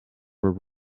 were